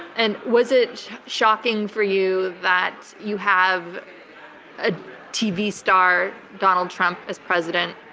and was it shocking for you that you have a tv star, donald trump, as president,